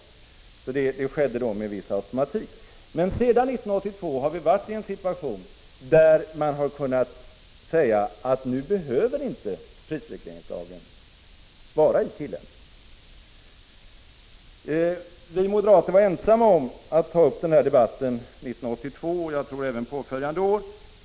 Det hela skedde då med en viss automatik. Men sedan 1982 har vi varit i en situation där man har kunnat säga att nu behöver inte prisregleringslagen vara i tillämpning. Vi moderater var ensamma om att ta upp den här debatten 1982 och, tror jag, även påföljande år.